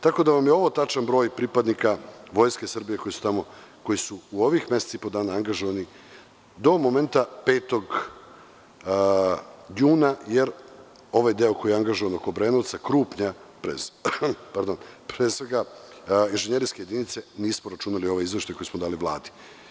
Tako da, ovo je tačan broj pripadnika Vojske Srbije koji su u ovih mesec i po dana angažovani, do momenta 5. juna, jer ovaj deo angažovanih oko Obrenovca, Krupnja, pre svega inžinjerijske jedinice, nismo računali u ovom izveštaju koji smo dali Vladi.